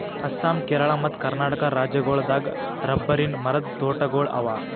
ಅಸ್ಸಾಂ ಕೇರಳ ಮತ್ತ್ ಕರ್ನಾಟಕ್ ರಾಜ್ಯಗೋಳ್ ದಾಗ್ ರಬ್ಬರಿನ್ ಮರದ್ ತೋಟಗೋಳ್ ಅವಾ